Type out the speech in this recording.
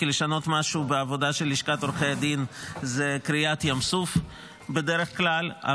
כי לשנות משהו בעבודה של לשכת עורכי הדין זה קריעת ים סוף בדרך כלל,